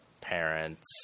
parents